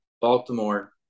Baltimore